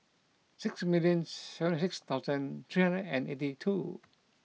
six million seventy six thousand three hundred and eighty two